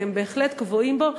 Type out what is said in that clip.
כי הם בהחלט קבועים בו,